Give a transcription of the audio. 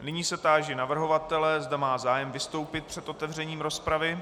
Nyní se táži navrhovatele, zda má zájem vystoupit před otevřením rozpravy.